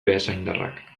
beasaindarrak